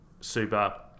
super